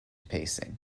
pacing